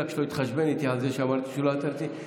רק שלא יתחשבן איתי על זה שאמרתי שהוא לא אתר רציני,